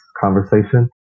conversation